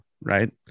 right